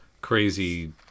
crazy